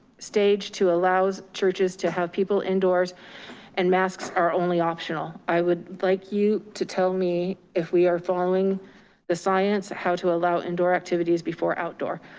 stage two allows churches to have people indoors and masks are only optional. i would like you to tell me if we are following the science, how to allow indoor activities before outdoor.